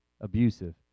abusive